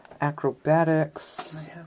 Acrobatics